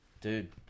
Dude